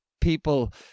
people